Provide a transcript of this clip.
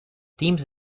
teams